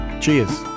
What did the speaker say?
Cheers